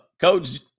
coach